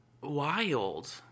Wild